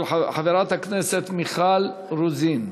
של חברת הכנסת מיכל רוזין.